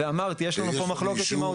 ואמרתי יש לנו פה מחלוקת עם האוצר.